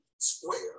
Square